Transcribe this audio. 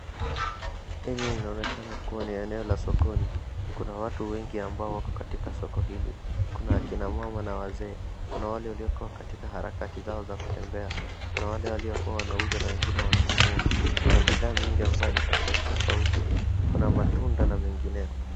Hili linaonekana kua ni eneo la sokoni .Kuna watu wengi ambao wako katika soko hili, kuna akina mama na wazee .Kuna wale walioko katika harakati zao za kutembea, kuna wale waliokua wanauza na wengine wananunua kuna bidha mingi ambayo ni tofauti tofauti, kuna matunda na mengineo.